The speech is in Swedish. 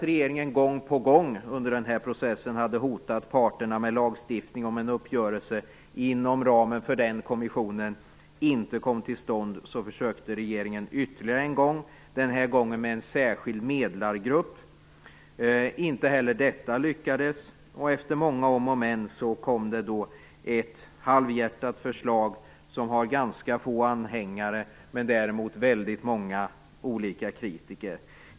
Regeringen hade gång på gång under den här processen hotat parterna med lagstiftning om en uppgörelse inom ramen för kommissionen inte kom till stånd. Trots detta försökte regeringen ytterligare en gång, den här gången med en särskild medlargrupp. Inte heller detta lyckades. Efter många om och men kom det ett halvhjärtat förslag som har ganska få anhängare med däremot väldigt många olika kritiker.